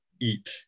eat